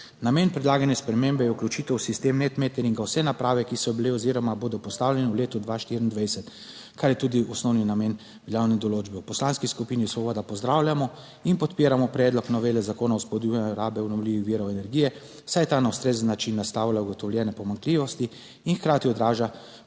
Namen predlagane spremembe je vključitev v sistem Netmeteringa vse naprave, ki so bile oziroma bodo postavljene v letu 2024, kar je tudi osnovni namen veljavne določbe. V Poslanski skupini Svoboda pozdravljamo in podpiramo predlog novele Zakona o spodbujanju rabe obnovljivih virov energije, saj ta na ustrezen način naslavlja ugotovljene pomanjkljivosti in hkrati odraža